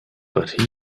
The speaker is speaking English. but